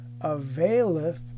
availeth